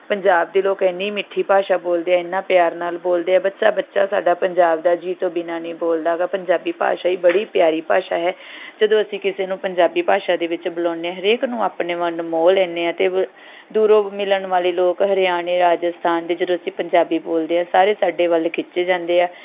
ਪੰਜਾਬ ਦੇ ਲੋਕ ਇੰਨੀ ਮਿੱਠੀ ਭਾਸ਼ਾ ਬੋਲਦੇ ਆ ਇੰਨਾ ਪਿਆਰ ਨਾਲ ਬੋਲਦੇ ਆ ਬੱਚਾ ਬੱਚਾ ਸਾਡਾ ਪੰਜਾਬ ਦਾ ਜੀ ਤੋਂ ਬਿਨਾਂ ਨਹੀਂ ਬੋਲਦਾ ਹੈਗਾ ਪੰਜਾਬੀ ਭਾਸ਼ਾ ਹੀ ਬੜੀ ਪਿਆਰੀ ਭਾਸ਼ਾ ਹੈ ਜਦੋਂ ਅਸੀਂ ਕਿਸੇ ਨੂੰ ਪੰਜਾਬੀ ਭਾਸ਼ਾ ਦੇ ਵਿੱਚ ਬੁਲਾਉਂਦੇ ਹਾਂ ਹਰੇਕ ਨੂੰ ਆਪਣੇ ਮਨ ਮੋਹ ਲੈਂਦੇ ਹਾਂ ਅਤੇ ਦੂਰੋਂ ਮਿਲਣ ਵਾਲੇ ਲੋਕ ਹਰਿਆਣੇ ਰਾਜਸਥਾਨ ਦੇ ਜਦੋਂ ਅਸੀਂ ਪੰਜਾਬੀ ਬੋਲਦੇ ਹਾਂ ਸਾਰੇ ਸਾਡੇ ਵੱਲ ਖਿੱਚੇ ਜਾਂਦੇ ਆ